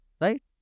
Right